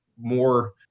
more